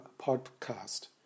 Podcast